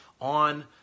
on